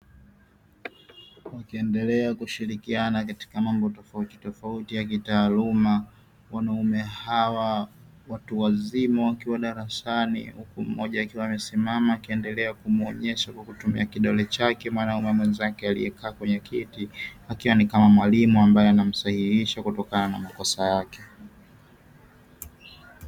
Wakiendelea kushirikiana katika mambo tofauti tofauti ya kitaaluma wanaume hawa. Watu wazima wakiwa darasani huku mmoja akiwa amesimama akiendelea kumuonyesha kwa kutumia kidole chake mwanaume mwenzake aliyekaa kwenye kiti akiwa ni kama mwalimu ambaye anamsahihisha kutokana na makosa yake.